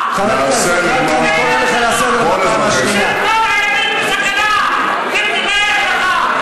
נעשה למען כל אזרחי ישראל,